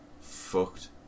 fucked